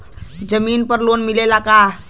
जमीन पर लोन मिलेला का?